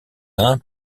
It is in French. uns